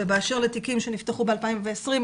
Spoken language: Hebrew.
ובאשר לתיקים שנפתחו ב-2020,